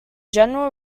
general